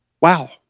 Wow